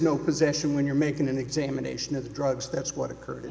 no possession when you're making an examination of the drugs that's what occurred